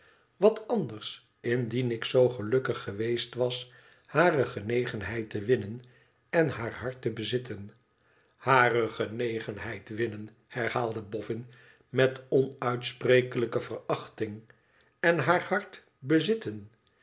wat siders indien ik zoo gelukkig geweest was hare genegenheid te winnen en haar hart te bezitten ihare genegenheid te winnen herhaalde boffin met onuitsprekelijke verachting i en haar hart te bezitten